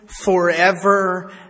forever